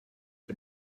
but